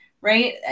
right